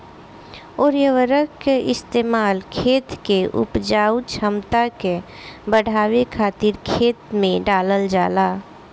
उर्वरक के इस्तेमाल खेत के उपजाऊ क्षमता के बढ़ावे खातिर खेत में डालल जाला